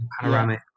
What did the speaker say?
panoramic